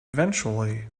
eventually